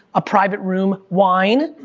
a private room, wine,